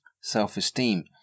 Self-esteem